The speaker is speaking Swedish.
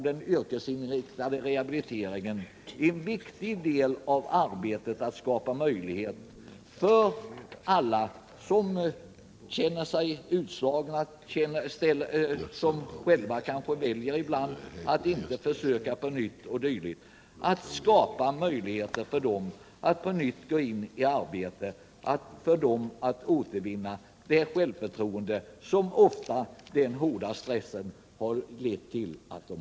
Den yrkesinriktade rehabiliteringen är därför en viktig del av arbetet på att skapa möjligheter för alla som känner sig utslagna — och som kanske ibland väljer att inte försöka igen — att på nytt återvinna sitt genom den hårda stressen ofta förlorade självförtroende, så att de kan återgå till arbete.